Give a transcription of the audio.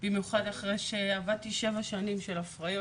במיוחד אחרי שעברתי שבע שנים של הפריות,